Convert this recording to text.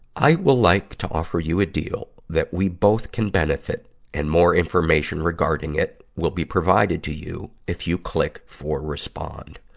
i will like to offer you a deal that we both can benefit and more information regarding it will be provided to you, if you click for respond.